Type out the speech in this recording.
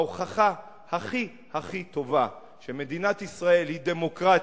ההוכחה הכי הכי טובה שמדינת ישראל היא דמוקרטיה,